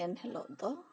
ᱮᱱ ᱦᱤᱞᱚᱜ ᱫᱚ